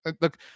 Look